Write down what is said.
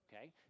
okay